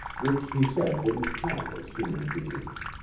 which he said didn't count as human beings.